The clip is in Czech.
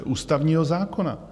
Ústavního zákona.